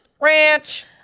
Ranch